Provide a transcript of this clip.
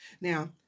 Now